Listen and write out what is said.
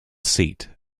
seat